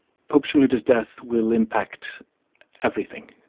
pope shenouda's death will impact everything.